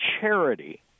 charity